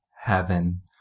heaven